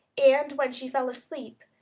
and when she fell asleep,